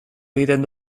egiten